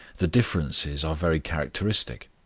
the differences are very characteristic.